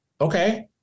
okay